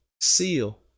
seal